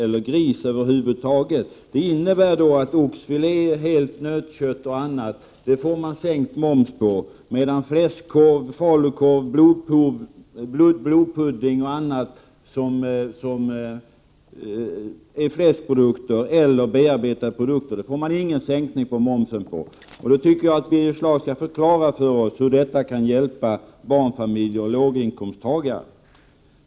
Det innebär att man får sänkt moms på oxfilé och annat helt nötkött, medan man för fläskkorv, falukorv, blodkorv, blodpudding och annat som är fläskprodukter eller bearbetade produkter inte får någon sänkning av momsen. Jag tycker att Birger Schlaug skall förklara för oss hur detta kan hjälpa barnfamiljer och låginkomsttagare.